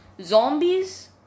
Zombies